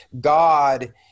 God